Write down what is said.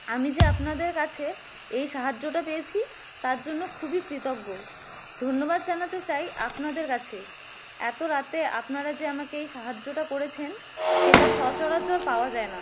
আমি যে আপনাদের কাছে এই সাহায্যটা পেয়েছি তার জন্য খুবই কৃতজ্ঞ ধন্যবাদ জানাতে চাই আপনাদের কাছে এতো রাতে আপনারা যে আমাকে এই সাহায্যটা করেছেন সেটা সচরাচর পাওয়া যায় না